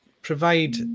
Provide